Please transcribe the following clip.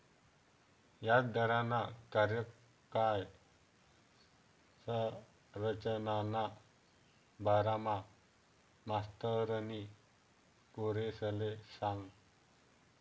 याजदरना कार्यकाय संरचनाना बारामा मास्तरनी पोरेसले सांगं